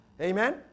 Amen